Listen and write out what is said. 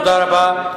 תודה רבה.